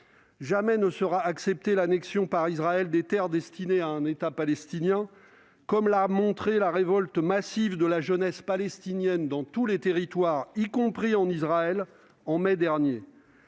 Jamais ne sera acceptée l'annexion par Israël des terres destinées à un État palestinien, comme l'a montré en mai dernier la révolte massive de la jeunesse palestinienne dans tous les territoires, y compris en Israël. Cette